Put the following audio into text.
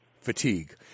fatigue